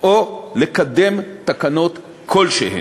או לקדם תקנות כלשהן.